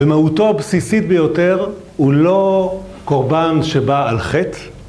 במהותו הבסיסית ביותר הוא לא קורבן שבא על חטא